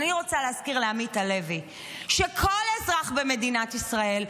אז אני רוצה להזכיר לעמית הלוי שכל אזרח במדינת ישראל,